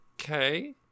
okay